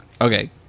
Okay